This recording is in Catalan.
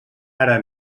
ara